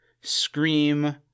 Scream